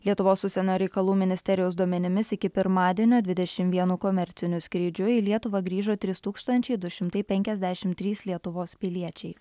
lietuvos užsienio reikalų ministerijos duomenimis iki pirmadienio dvidešimt vienu komerciniu skrydžiu į lietuvą grįžo trys tūkstančiai du šimtai penkiasdešimt trys lietuvos piliečiai